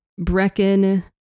Brecken